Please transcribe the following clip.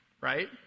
right